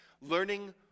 Learning